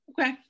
Okay